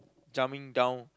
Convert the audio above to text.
jumping down